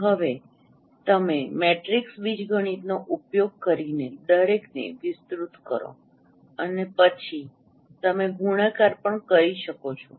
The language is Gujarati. અને હવે તમે મેટ્રિક્સ બીજગણિતનો ઉપયોગ કરીને દરેકને વિસ્તૃત કરો અને પછી તમે ગુણાકાર પણ કરી શકો છો